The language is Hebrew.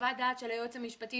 חוות דעת של היועץ המשפטי,